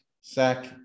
sack